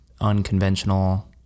unconventional